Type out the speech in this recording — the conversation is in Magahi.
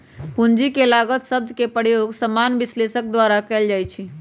पूंजी के लागत शब्द के प्रयोग सामान्य विश्लेषक द्वारा कएल जाइ छइ